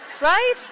right